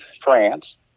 france